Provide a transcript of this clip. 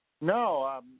No